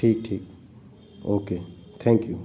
ठीक ठीक okay thank you